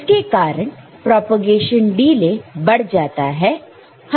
जिसके कारण propagation delay बढ़ जाता है